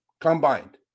Combined